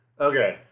Okay